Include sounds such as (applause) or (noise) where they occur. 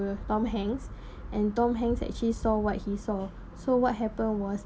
tom hanks (breath) and tom hanks actually saw what he saw so what happened was